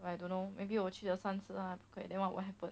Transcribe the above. like I don't know maybe 我去了三次 lah but then what will happen